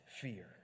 fear